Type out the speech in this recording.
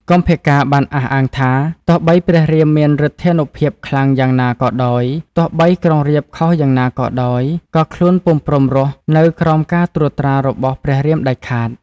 កុម្ពកាណ៍ បានអះអាងថា ទោះបីព្រះរាមមានឫទ្ធានុភាពខ្លាំងយ៉ាងណាក៏ដោយ ទោះបីក្រុងរាពណ៍ខុសយ៉ាងណាក៏ដោយ ក៏ខ្លួនពុំព្រមរស់ នៅក្រោមការត្រួតត្រារបស់ព្រះរាមដាច់ខាត។